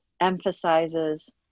emphasizes